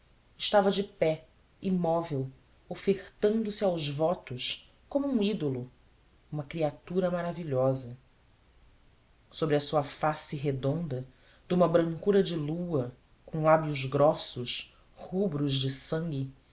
estava de pé imóvel ofertando se aos votos como um ídolo uma criatura maravilhosa sobre a sua face redonda de uma brancura de lua cheia com lábios grossos rubros de sangue